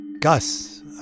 Gus